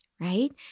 right